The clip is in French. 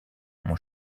mon